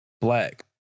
black